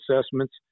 assessments